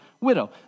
widow